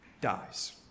dies